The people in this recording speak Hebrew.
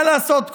מה לעשות,